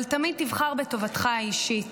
אבל תמיד, תבחר בטובתך האישית.